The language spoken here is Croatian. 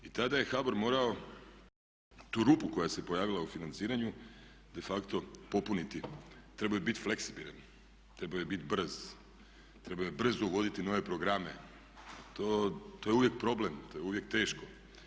I tada je HBOR mora, tu rupu koja se pojavila u financiranju defacto popuniti, trebao je biti fleksibilan, trebao je biti brz, trebao je brzo uvoditi nove programe, to je uvijek problem, to je uvijek teško.